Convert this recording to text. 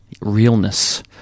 realness